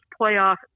playoff